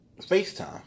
FaceTime